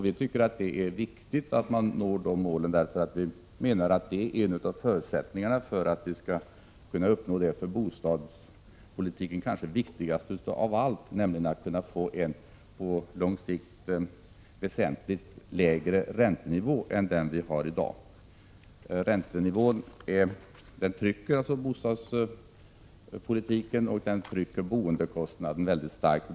Vi tycker att det är viktigt att nå det målet, för vi menar att det är en av förutsättningarna för att kunna uppnå det för bostadspolitiken kanske viktigaste av allt, nämligen att på lång sikt få en väsentligt lägre räntenivå än i dag. Räntenivån trycker bostadspolitiken och påverkar boendekostnaden väldigt starkt.